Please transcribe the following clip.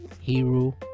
Hero